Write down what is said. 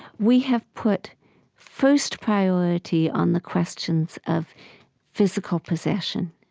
we have put first priority on the questions of physical possession